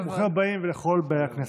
ברוכים הבאים כל באי הכנסת.